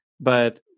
but-